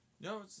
No